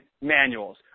manuals